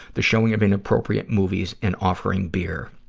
the showing of inappropriate movies and offering beer.